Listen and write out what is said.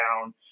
down